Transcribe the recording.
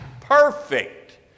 perfect